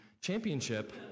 championship